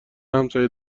همسایه